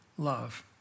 Love